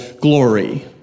glory